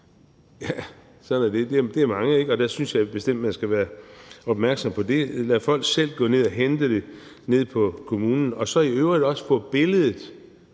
år. Sådan er det. Det er mange, ikke? Der synes jeg bestemt, at man skal være opmærksom på det. Lad folk selv gå ned og hente det hos kommunen, og lad dem i øvrigt også få billedet